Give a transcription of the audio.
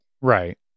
Right